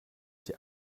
die